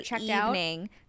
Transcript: evening